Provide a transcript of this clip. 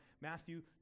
Matthew